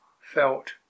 felt